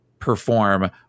perform